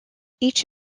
each